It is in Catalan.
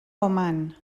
oman